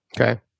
Okay